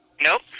Nope